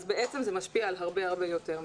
בעצם זה משפיע על הרבה יותר ילדים.